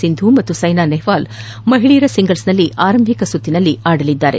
ಸಿಂಧು ಮತ್ತು ಸೈನಾ ನೆಹ್ವಾಲ್ ಮಹಿಳೆಯರ ಸಿಂಗಲ್ಸ್ನಲ್ಲಿ ಆರಂಭಿಕ ಸುತ್ತಿನಲ್ಲಿ ಆಡಲಿದ್ದಾರೆ